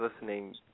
listening